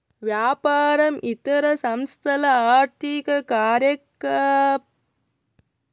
వ్యాపారం ఇతర సంస్థల ఆర్థిక కార్యకలాపాల యొక్క రికార్డులు అని అర్థం